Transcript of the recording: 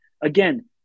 Again